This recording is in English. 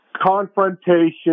confrontation